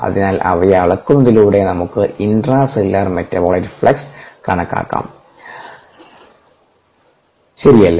അതിനാൽ അവയെ അളക്കുന്നതിലൂടെ നമുക്ക് ഇൻട്രാ സെല്ലുലാർ മെറ്റാബോലൈറ്റ് ഫ്ലക്സ് കണക്കാക്കാം ശരിയല്ലേ